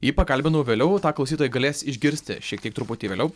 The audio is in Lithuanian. jį pakalbinau vėliau tą klausytojai galės išgirsti šiek tiek truputį vėliau